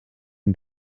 und